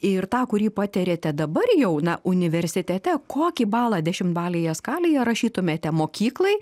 ir tą kurį patiriate dabar jau na universitete kokį balą dešimtbalėje skalėje rašytumėte mokyklai